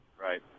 Right